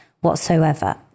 whatsoever